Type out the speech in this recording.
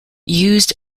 used